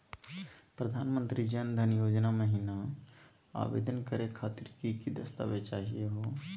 प्रधानमंत्री जन धन योजना महिना आवेदन करे खातीर कि कि दस्तावेज चाहीयो हो?